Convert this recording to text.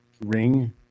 ring